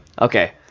Okay